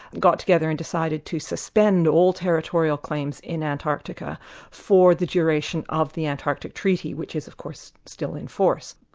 got together and decided to suspend all territorial claims in antarctica for the duration of the antarctic treaty, which is of course still in force.